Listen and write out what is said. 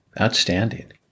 Outstanding